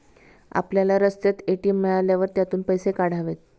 आपल्याला रस्त्यात ए.टी.एम मिळाल्यावर त्यातून पैसे काढावेत